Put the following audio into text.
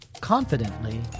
confidently